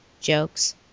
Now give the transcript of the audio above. jokes